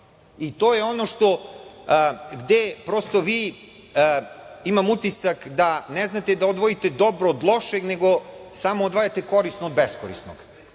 To je ono gde vi imam utisak da ne znate da odvojite dobro od lošeg, nego samo odvajate korisno od beskorisnog. Mi